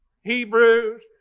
Hebrews